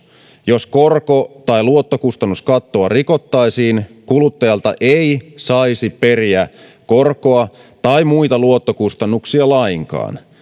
jos korko tai luottokustannuskattoa rikottaisiin kuluttajalta ei saisi periä korkoa tai muita luottokustannuksia lainkaan